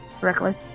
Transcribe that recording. Reckless